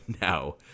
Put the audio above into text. now